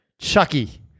Chucky